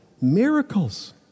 miracles